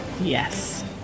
Yes